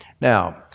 Now